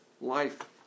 life